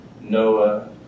Noah